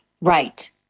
Right